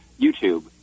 youtube